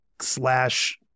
slash